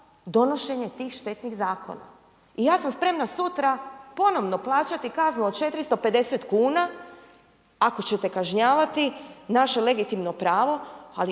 donošenje tih štetnih zakona. I ja sam spremna sutra ponovno plaćati kaznu od 450 kuna ako ćete kažnjavati naše legitimno pravo ali